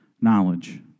knowledge